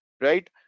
Right